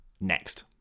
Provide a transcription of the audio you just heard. next